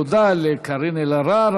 תודה לקארין אלהרר.